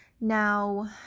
Now